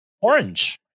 Orange